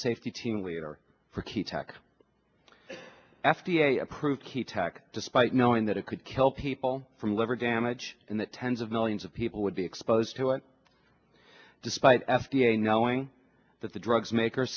safety team leader for key tech f d a approved key tech despite knowing that it could kill people from liver damage in the tens of millions of people would be exposed to it despite f d a knowing that the drugs make